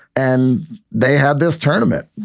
and they had this tournament